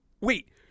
wait